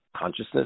consciousness